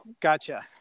Gotcha